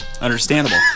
understandable